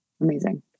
Amazing